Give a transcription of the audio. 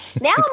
now